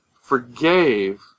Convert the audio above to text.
forgave